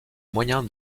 moyen